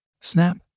Snap